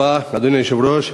אדוני היושב-ראש,